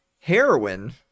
Heroin